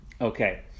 Okay